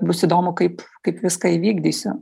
bus įdomu kaip kaip viską įvykdysiu